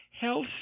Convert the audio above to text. health